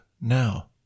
now